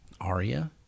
Aria